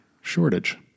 shortage